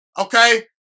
okay